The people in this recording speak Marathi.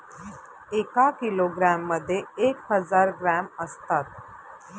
एका किलोग्रॅम मध्ये एक हजार ग्रॅम असतात